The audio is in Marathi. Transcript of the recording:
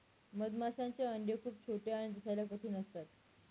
मधमाशांचे अंडे खूप छोटे आणि दिसायला कठीण असतात